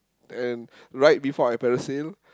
and right before I parasail